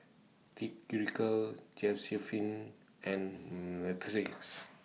Tyrique Josiephine and Matthias